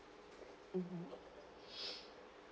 mmhmm